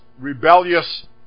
rebellious